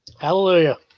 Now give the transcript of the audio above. Hallelujah